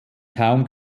kaum